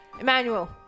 Emmanuel